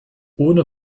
ohne